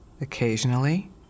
Occasionally